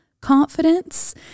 confidence